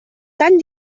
tan